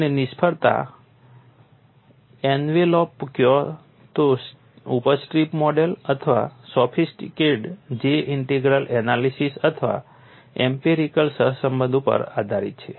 અને નિષ્ફળતા એન્વેલોપ ક્યાં તો ઉપજ સ્ટ્રીપ મોડેલ અથવા સોફિસ્ટિકેટેડ J ઇન્ટિગ્રલ એનાલિસીસ અથવા એમ્પિરિકલ સહસંબંધ ઉપર આધારિત છે